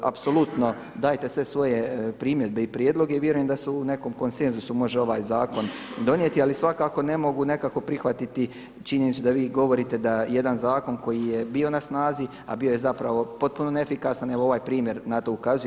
Apsolutno dajte sve svoje primjedbe i prijedloge i vjerujem da se u nekom konsenzusu može ovaj zakon donijeti, ali svakako ne mogu nekako prihvatiti činjenicu da vi govorite da jedan zakon koji je bio na snazi, a bio je zapravo potpuno neefikasan, evo ovaj primjer na to ukazuje.